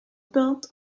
built